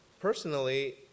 Personally